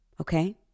Okay